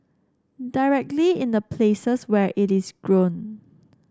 directly in the places where it is grown